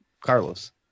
Carlos